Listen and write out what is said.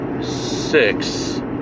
six